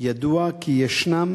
ידוע כי ישנם